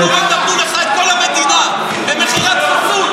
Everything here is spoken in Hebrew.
נתנו לך את כל המדינה במכירת חיסול.